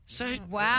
Wow